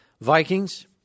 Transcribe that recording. Vikings